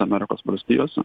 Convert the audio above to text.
amerikos valstijose